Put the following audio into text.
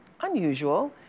unusual